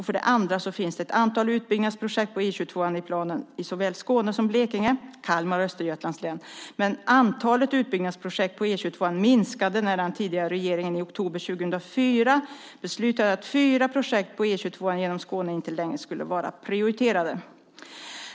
För det andra finns det ett antal utbyggnadsprojekt på E 22:an i planen, i såväl Skåne som Blekinge, Kalmar och Östergötlands län. Men antalet utbyggnadsprojekt på E 22:an minskade när den tidigare regeringen i oktober 2004 beslutade att fyra projekt på E 22:an genom Skåne inte längre skulle vara prioriterade.